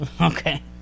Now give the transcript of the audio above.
Okay